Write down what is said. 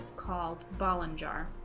called balin jar